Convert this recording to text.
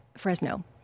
Fresno